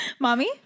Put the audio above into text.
Mommy